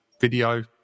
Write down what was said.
video